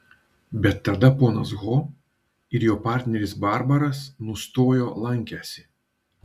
bet tada ponas ho ir jo partneris barbaras nustojo lankęsi